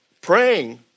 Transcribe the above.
praying